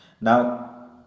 Now